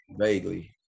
vaguely